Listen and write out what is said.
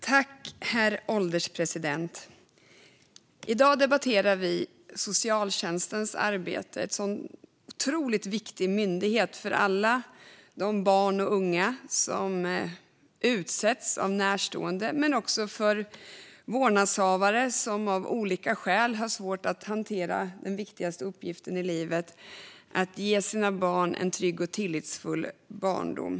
Herr ålderspresident! I dag debatterar vi socialtjänstens arbete. Det är en otroligt viktig myndighet för alla de barn och unga som utsätts av närstående men också för vårdnadshavare som av olika skäl har svårt att hantera den viktigaste uppgiften i livet, nämligen att ge sina barn en trygg och tillitsfull barndom.